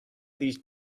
these